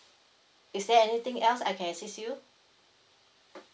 is there anything else I can assist you